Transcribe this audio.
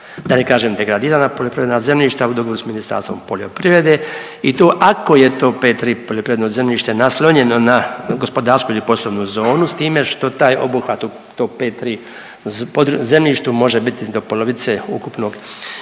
da ne kažem degradirana poljoprivredna zemljišta u dogovoru sa Ministarstvom poljoprivrede i to ako je to 5.3 poljoprivredno zemljište naslonjeno ne gospodarsku ili poslovnu zonu s time što taj obuhvat u to 5.3 zemljištu može biti do polovice ukupne